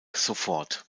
sofort